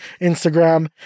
Instagram